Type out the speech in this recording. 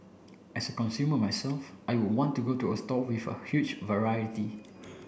as a consumer myself I would want to go to a store with a huge variety